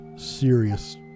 serious